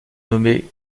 nommée